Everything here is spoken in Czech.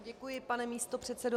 Děkuji, pane místopředsedo.